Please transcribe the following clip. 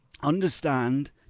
Understand